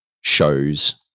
shows